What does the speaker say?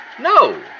No